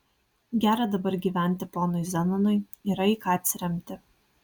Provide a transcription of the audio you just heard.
gera dabar gyventi ponui zenonui yra į ką atsiremti